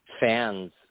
fans